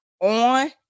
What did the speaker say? on